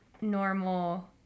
normal